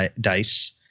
dice